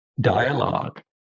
dialogue